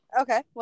Okay